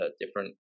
different